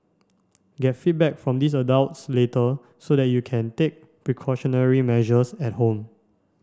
get feedback from these adults later so that you can take precautionary measures at home